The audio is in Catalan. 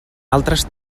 altres